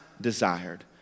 desired